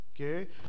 Okay